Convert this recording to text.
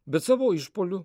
bet savo išpuoliu